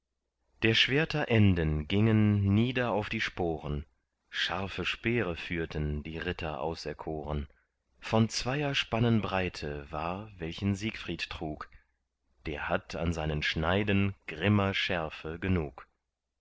der schwerter enden gingen nieder auf die sporen scharfe speere führten die ritter auserkoren von zweier spannen breite war welchen siegfried trug der hat an seinen schneiden grimmer schärfe genug